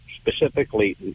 specifically